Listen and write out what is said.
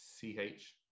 C-H